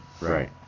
right